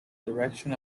direction